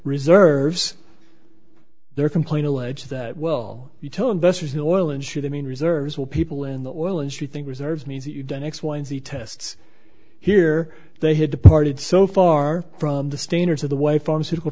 reserves their complaint allege that well you tell investors in oil and should i mean reserves will people in the oil industry think reserves means that you've done x y and z tests here they had departed so far from the standards of the way pharmaceutical